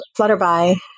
Flutterby